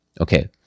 Okay